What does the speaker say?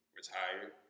retired